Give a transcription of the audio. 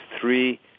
three